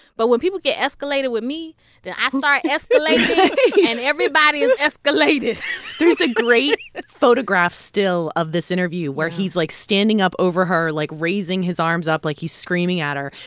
but when people get escalated with me, then i start escalating and everybody's escalated there's the great photograph still of this interview where he's like standing up over her, like, raising his arms up like he's screaming at her.